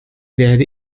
werde